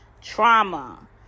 trauma